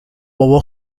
بابا